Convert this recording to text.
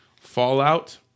Fallout